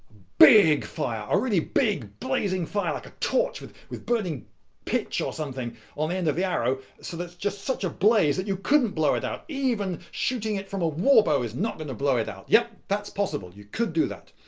big fire! a really big, blazing fire, like a torch with with burning pitch or something on the end of the arrow. so that it's just such a blaze that you couldn't blow it out. even shooting it from a warbow is not going to blow it out. yep, that's possible. you could do that.